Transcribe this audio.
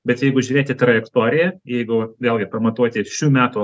bet jeigu žiūrėti trajektoriją jeigu vėlgi pamatuoti šių metų